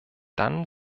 dann